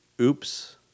Oops